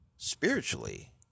Spiritually